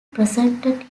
presented